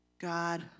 God